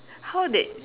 how did